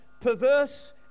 perverse